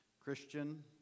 Christian